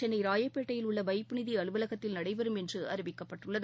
சென்னைராயப்பேட்டையில் உள்ளவைப்பு நிதிஅலுவலகத்தில் நடைபெறும் என்றுஅறிவிக்கப்பட்டுள்ளது